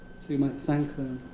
so you might thank them,